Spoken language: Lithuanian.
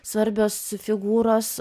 svarbios figūros